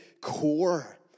core